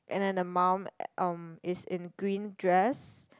and then the mum um is in green dress